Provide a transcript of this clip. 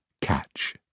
catch